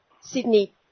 Sydney